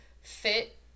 fit